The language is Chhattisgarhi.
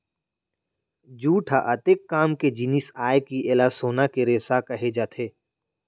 जूट ह अतेक काम के जिनिस आय के एला सोना के रेसा कहे जाथे